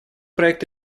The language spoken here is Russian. проект